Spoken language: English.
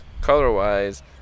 color-wise